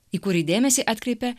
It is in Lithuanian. į kurį dėmesį atkreipia